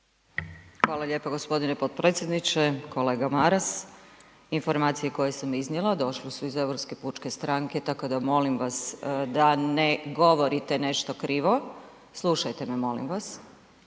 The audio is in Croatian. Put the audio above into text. Hvala lijepo g. potpredsjedniče. Kolega Maras, informacije koje sam iznijela došle su iz Europske pučke stranke, tako da molim vas da ne govorite nešto krivo, slušajte me molim vas,